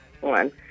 one